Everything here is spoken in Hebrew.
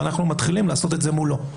ואנחנו מתחילים לעשות את זה מולו.